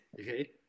okay